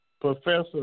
Professor